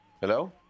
Hello